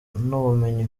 nubumenyi